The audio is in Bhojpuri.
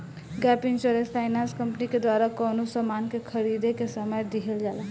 गैप इंश्योरेंस फाइनेंस कंपनी के द्वारा कवनो सामान के खरीदें के समय दीहल जाला